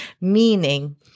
meaning